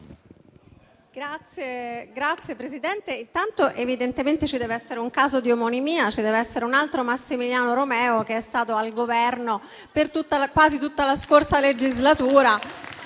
Signor Presidente, evidentemente ci deve essere un caso di omonimia, ci deve essere un altro Massimiliano Romeo che è stato al Governo per quasi tutta la scorsa legislatura.